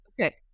Okay